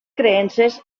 creences